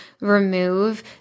remove